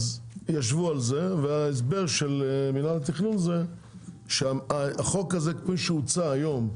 אז ישבו על זה וההסבר של מינהל התכנון זה שהחוק הזה כפי שהוצע היום,